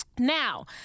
Now